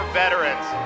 veterans